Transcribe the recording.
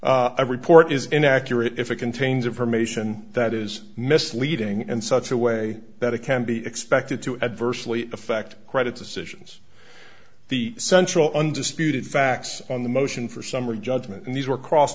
i report is inaccurate if it contains information that is misleading and such a way that it can be expected to adversely affect credit decisions the central undisputed facts on the motion for summary judgment and these were cross